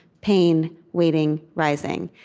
pain, waiting, rising.